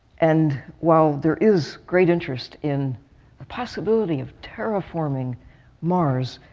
and while there is great interest in a possibility of terraforming mars,